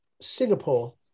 Singapore